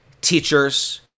teachers